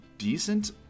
decent